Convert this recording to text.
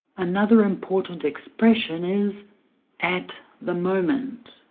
another important expression is at the moment